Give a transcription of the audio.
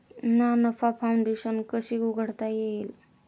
ना नफा फाउंडेशन कशी उघडता येईल?